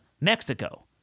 Mexico